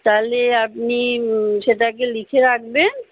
তালে আপনি সেটাকে লিখে রাখবেন